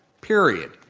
period.